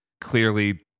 clearly